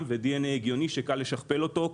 ודי-אן-אי הגיוני שקל לשכפל אותו,